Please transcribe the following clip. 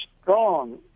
strong